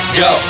go